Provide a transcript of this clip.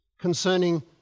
concerning